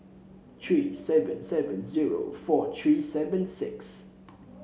three seven seven zero four three seven six